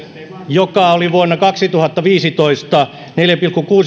joka vuonna kaksituhattaviisitoista oli neljä pilkku kuusi